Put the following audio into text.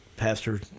Pastor